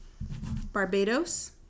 Barbados